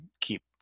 keep